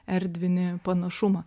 erdvinį panašumą